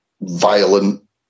violent